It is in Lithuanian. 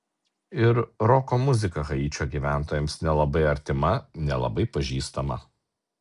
ir roko muzika haičio gyventojams nelabai artima nelabai pažįstama